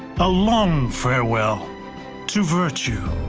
a long farewell to virtue.